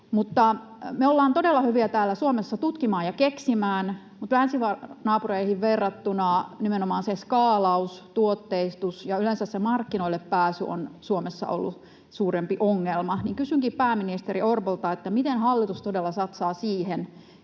Me ollaan todella hyviä täällä Suomessa tutkimaan ja keksimään, mutta länsinaapureihin verrattuna nimenomaan se skaalaus, tuotteistus ja yleensä se markkinoille pääsy ovat Suomessa olleet suurempi ongelma. Kysynkin pääministeri Orpolta: miten hallitus todella satsaa siihen,